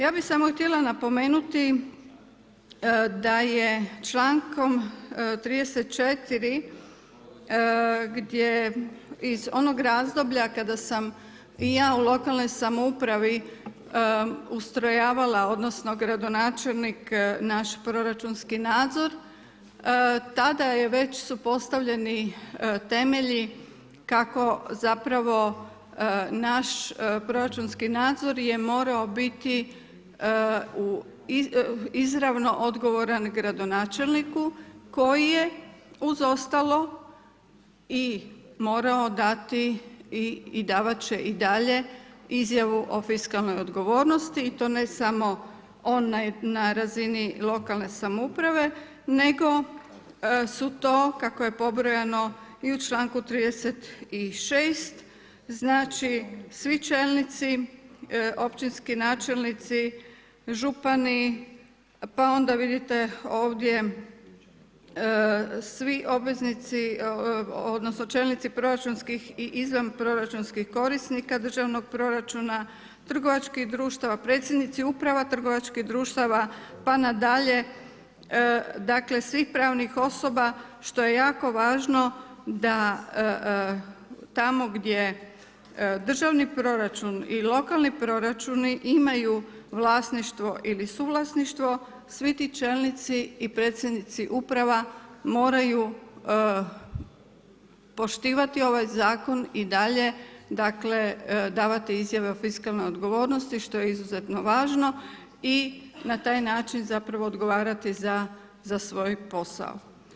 Ja bih samo htjela napomenuti da je člankom 34. gdje iz onog razdoblja kada sam i ja u lokalnoj samoupravi ustrojavala, odnosno gradonačelnik naš proračunski nadzor, tada je već su postavljeni temelji kako zapravo naš proračunski nadzor je morao biti izravno odgovoran gradonačelniku koji je uz ostalo i morao dati i davat će i dalje izjavu o fiskalnoj odgovornosti i to ne samo onaj na razini lokalne samouprave, nego su to, kako je pobrojano i u čl. 36. znači svi čelnici općinski načelnici, župani, pa onda vidite ovdje svi obveznici odnosno čelnici proračunskih i izvanproračunskih korisnika državnog proračuna, trgovačkih društva, predsjednici uprava trgovačkih društava pa na dalje, dakle svih pravnih osoba što je jako važno da tamo gdje državni proračun i lokalni proračuni imaju vlasništvo ili suvlasništvo, svi ti čelnici i predsjednici uprava moraju poštivati ovaj Zakon i dalje dakle, davati izjave o fiskalnoj odgovornosti, što je izuzetno važno i na taj način zapravo odgovarati za svoj posao.